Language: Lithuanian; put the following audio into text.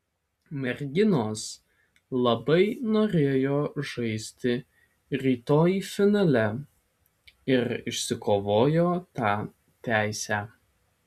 merginos labai norėjo žaisti rytoj finale ir išsikovojo tą teisę